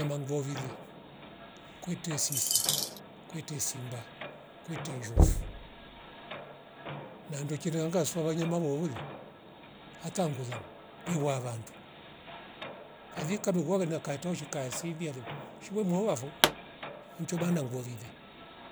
Embang ndwao lile kwete sisi, kwete simba, kwete njovu mandu kirianga asuwa vanyema vowi hata ngola ni wavandu paveka wawe kaitoshi kasilia lo shilo muou wavo nchoba nangualile